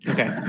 Okay